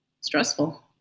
stressful